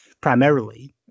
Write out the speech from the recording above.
primarily